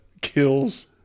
kills